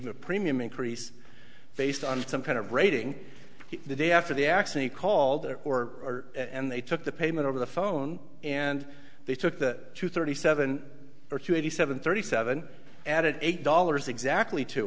gave a premium increase based on some kind of rating the day after the actually called or and they took the payment over the phone and they took that to thirty seven or twenty seven thirty seven added eight dollars exactly to